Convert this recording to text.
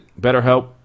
BetterHelp